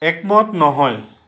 একমত নহয়